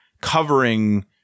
covering